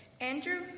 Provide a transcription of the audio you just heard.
Andrew